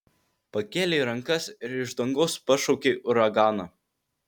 pakėlei rankas ir iš dangaus pašaukei uraganą